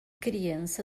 criança